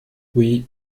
oui